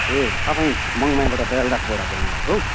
ए तपाईँ मङमायाबाट दयाल दासबाट बोल्नुभएको